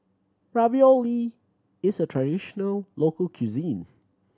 ravioli is a traditional local cuisine